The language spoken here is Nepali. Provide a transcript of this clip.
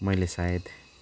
मैले सायद